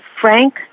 Frank